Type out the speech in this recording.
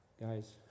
guys